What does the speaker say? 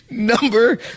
Number